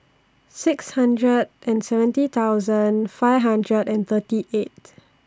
six hundred and seventy thousand five hundred and thirty eight